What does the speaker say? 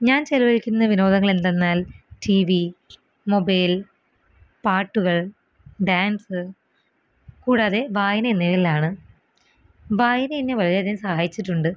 ഞാൻ ചിലവഴിക്കുന്ന വിനോദങ്ങളെന്തെന്നാൽ ടീ വി മൊബൈൽ പാട്ടുകൾ ഡാൻസ്സ് കൂടാതെ വായന എന്നിവയിലാണ് വായനയെന്നെ വളരെയധികം സഹായിച്ചിട്ടുണ്ട്